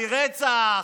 מרצח,